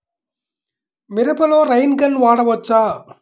మిరపలో rain gun వాడవచ్చా?